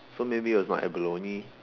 so maybe it was not abalone